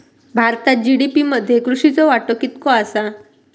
भारतात जी.डी.पी मध्ये कृषीचो वाटो कितको आसा?